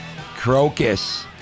Crocus